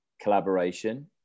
collaboration